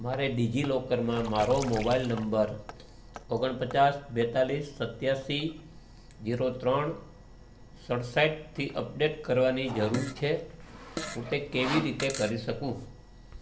મારે ડિજિલોકરમાં મારો મોબાઇલ નંબર ઓગણપચાસ બેતાળીસ સત્યાશી જીરો ત્રણ સડસઠથી અપડેટ કરવાની જરૂર છે હું તે કેવી રીતે કરી શકું